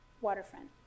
waterfront